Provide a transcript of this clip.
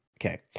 okay